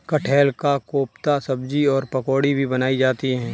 कटहल का कोफ्ता सब्जी और पकौड़ी भी बनाई जाती है